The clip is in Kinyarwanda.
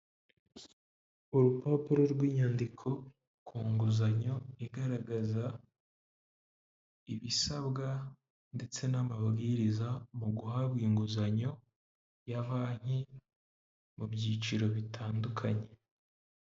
Urupapuro rw'inyandiko ku nguzanyo igaragaza ibisabwa ndetse n'amabwiriza mu guhabwa inguzanyo ya banki mu byiciro bitandukanye.